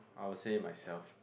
I would say myslef